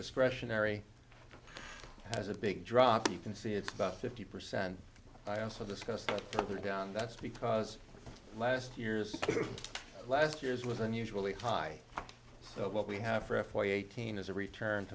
discretionary has a big drop you can see it's about fifty percent i also discussed the down that's because last year's last year's was unusually high so what we have for f y eighteen is a return